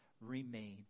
remain